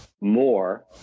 more